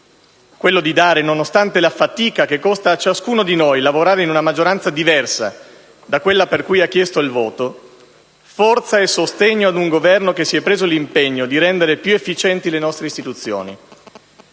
quello di dare - nonostante la fatica che costa a ciascuno di noi lavorare in una maggioranza diversa da quella per cui ha chiesto il voto - forza e sostegno ad un Governo che si è preso l'impegno di rendere più efficienti le nostre istituzioni,